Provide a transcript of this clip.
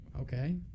okay